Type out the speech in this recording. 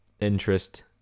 interest